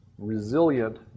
resilient